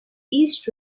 east